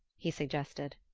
he suggested.